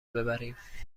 ببریم